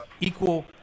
equal